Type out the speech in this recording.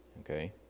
Okay